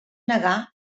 negar